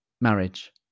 marriage